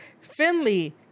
finley